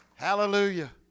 Hallelujah